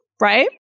right